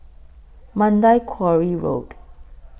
Mandai Quarry Road